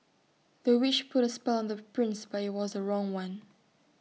the witch put A spell on the prince but IT was the wrong one